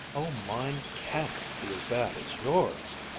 oh, mine can't be as bad as yours!